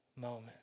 moment